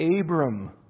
Abram